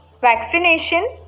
vaccination